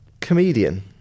comedian